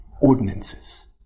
ordinances